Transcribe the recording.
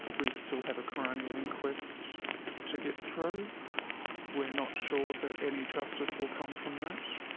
we still have a coronial inquest to get through we're not sure that any justice will come from that.